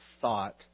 thought